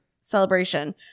Celebration